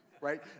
right